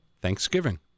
thanksgiving